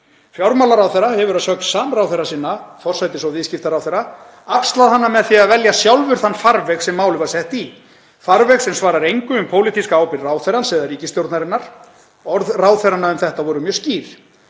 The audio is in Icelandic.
Fjármálaráðherra hefur að sögn samráðherra sinna, forsætisráðherra og viðskiptaráðherra, axlað hana með því að velja sjálfur þann farveg sem málið var sett í, farveg sem svarar engu um pólitíska ábyrgð ráðherrans eða ríkisstjórnarinnar. Orð ráðherranna um þetta voru mjög skýr.